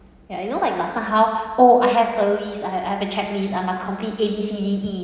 ya you know like last time how oh I have a list I've I have a check list I must complete A B C D E